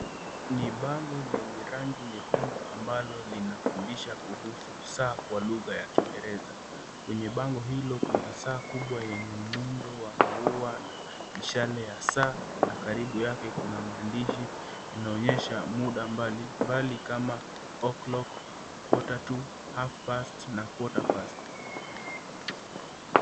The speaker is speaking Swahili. Ni bango lenye rangi nyekundu ambalo linafundisha kuhusu saa kwa lugha ya kiingereza. Kwenye bango hilo kuna saa kubwa yenye muundo wa maua na mishale ya saa na karibu yake kuna maandishi yanaonyesha muda mbalimbali kama O'clock, Quarter To, Half Past na Quarter Past.